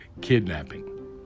kidnapping